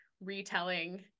retelling